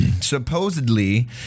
Supposedly